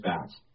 bats